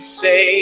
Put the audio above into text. say